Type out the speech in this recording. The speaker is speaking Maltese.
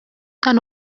dan